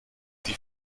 die